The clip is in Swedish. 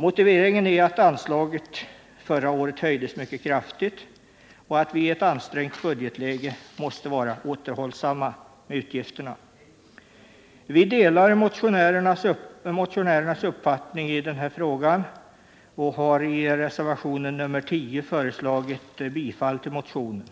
Motiveringen är att anslaget förra året höjdes mycket kraftigt och att vi i ett ansträngt budgetläge måste vara återhållsamma med utgifterna. Vi delar motionärernas uppfattning, och har i reservation 10 föreslagit bifall till motionen.